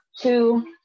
two